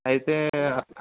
అయితే